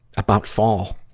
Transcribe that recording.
about fall,